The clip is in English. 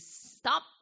stop